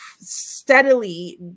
steadily